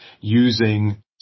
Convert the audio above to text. using